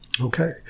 Okay